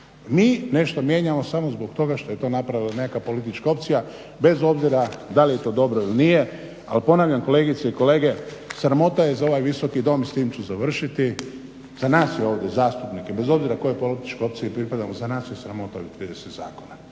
Mi nešto mijenjamo samo zbog toga što je to napravila nekakva politička opcija bez obzira da li je to dobro ili nije. Ali ponavljam, kolegice i kolege, sramota je za ovaj Visoki dom, i s tim ću završiti, za nas je ovdje zastupnike bez obzira kojoj političkoj opciji pripadamo za nas je sramota ovih 30 zakona.